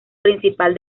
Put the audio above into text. principal